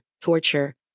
torture